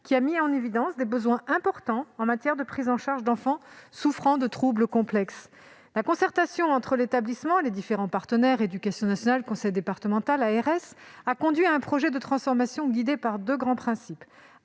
qui a mis en évidence des besoins importants en matière de prise en charge d'enfants souffrant de troubles complexes. La concertation entre l'établissement, les différents partenaires- éducation nationale, conseil départemental et ARS -a conduit à un projet de transformation guidé par deux grands principes